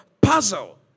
puzzle